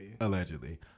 Allegedly